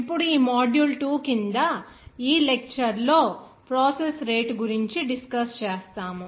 ఇప్పుడు ఈ మాడ్యూల్ 2 కింద ఈ లెక్చర్ లో ప్రాసెసెస్ రేటు గురించి డిస్కస్ చేస్తాము